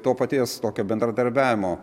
to paties tokio bendradarbiavimo